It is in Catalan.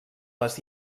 les